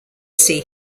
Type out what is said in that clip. see